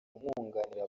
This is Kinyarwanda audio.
amwunganira